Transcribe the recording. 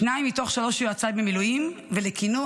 שניים מתוך שלושה יועציי במילואים ולקינוח,